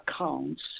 accounts